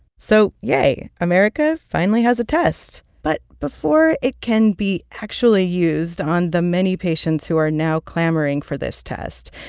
so yay america finally has a test. but before it can be actually used on the many patients who are now clamoring for this test,